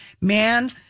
man